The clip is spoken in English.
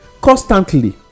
constantly